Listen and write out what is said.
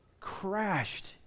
crashed